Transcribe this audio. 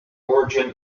origin